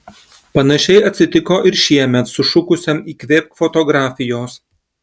panašiai atsitiko ir šiemet sušukusiam įkvėpk fotografijos